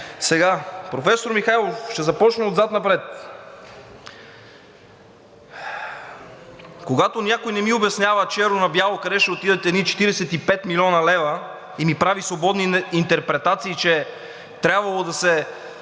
Професор Михайлов, ще започна отзад напред. Когато някой не ми обяснява черно на бяло къде ще отидат едни 45 млн. лв. и ми прави свободни интерпретации, че трябвало да се